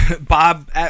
Bob